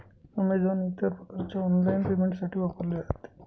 Amazon इतर प्रकारच्या online पेमेंटसाठी वापरले जाते